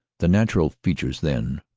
the natural features, then,